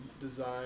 design